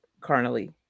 carnally